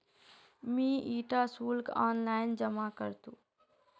मी इटा शुल्क ऑनलाइन जमा करनु